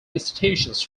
institutions